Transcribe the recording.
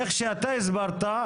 איך שאתה הסברת,